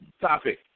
Topic